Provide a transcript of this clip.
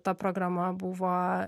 ta programa buvo